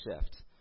shift